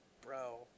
Bro